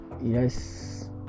yes